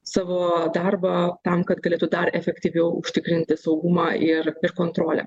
savo darbą tam kad galėtų dar efektyviau užtikrinti saugumą ir ir kontrolę